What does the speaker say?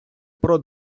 про